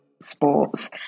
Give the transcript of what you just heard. sports